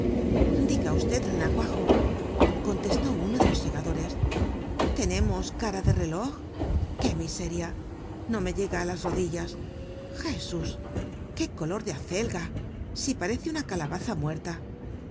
diga v renacuajo contestó uno de los segadores tenemos cara de reloj qnb miseria no me llega á las rodilla jcsus qué color de acelga si parece una calnbaza muerta